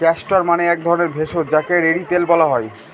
castor মানে এক ধরণের ভেষজ যাকে রেড়ি তেল বলা হয়